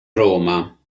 roma